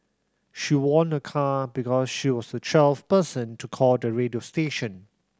she won a car because she was the twelfth person to call the radio station